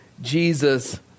Jesus